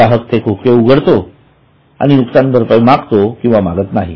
ग्राहक ते खोके उघडतो आणि नुकसान भरपाई मागतो किंवा मागत नाही